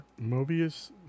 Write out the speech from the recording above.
Mobius